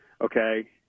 okay